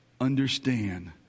understand